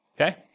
okay